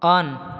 on